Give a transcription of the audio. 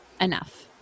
enough